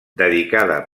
dedicada